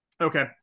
Okay